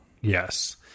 Yes